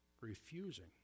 refusing